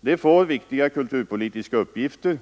Det får viktiga kulturpolitiska uppgifter.